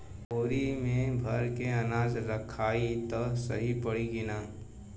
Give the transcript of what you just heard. बोरी में भर के अनाज रखायी त सही परी की ना?